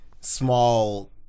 small